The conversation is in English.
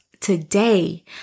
Today